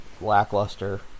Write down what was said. lackluster